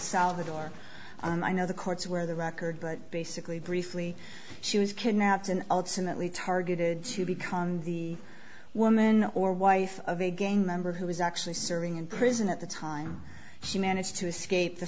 salvador and i know the courts where the record but basically briefly she was kidnapped and ultimately targeted to become the woman or wife of a gang member who was actually serving in prison at the time she managed to escape the